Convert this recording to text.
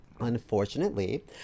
unfortunately